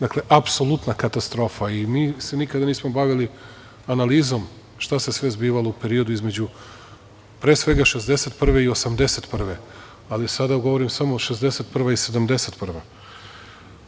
Dakle, apsolutna katastrofa i mi se nikada nismo bavili analizom šta se sve zbivalo u periodu između, pre svega 1961. i 1981. godine, ali sada govorim o 1961. i 1971. godini.